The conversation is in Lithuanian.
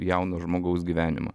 jauno žmogaus gyvenimą